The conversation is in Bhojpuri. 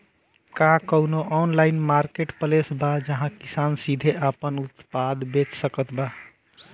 का कउनों ऑनलाइन मार्केटप्लेस बा जहां किसान सीधे आपन उत्पाद बेच सकत बा?